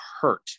hurt